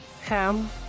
Ham